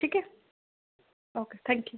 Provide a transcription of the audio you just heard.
ठीक आहे okay thank you